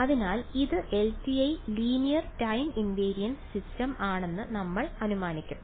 അതിനാൽ ഇത് LTI linear time invariance system ആണെന്ന് നമ്മൾ അനുമാനിക്കും